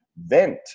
vent